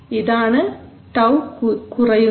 ഇതാണ് τ കുറയുന്നത്